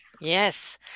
yes